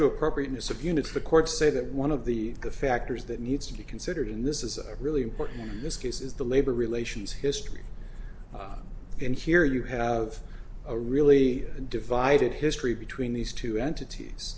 to appropriateness of units the courts say that one of the factors that needs to be considered in this is really important in this case is the labor relations history and here you have a really divided history between these two entities